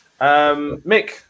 Mick